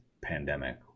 pandemic